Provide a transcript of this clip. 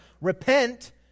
repent